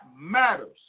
matters